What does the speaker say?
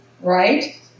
right